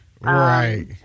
Right